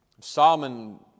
Solomon